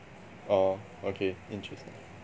oh okay interesting